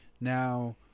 Now